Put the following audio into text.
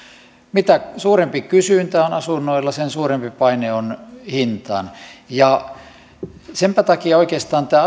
mitä suurempi kysyntä on asunnoille sen suurempi paine on hintaan senpä takia oikeastaan tämä